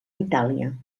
itàlia